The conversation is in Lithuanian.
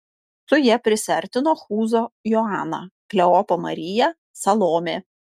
su ja prisiartino chūzo joana kleopo marija salomė